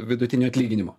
vidutinio atlyginimo